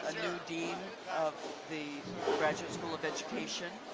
dean of the graduate school of education.